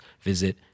visit